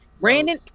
brandon